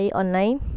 online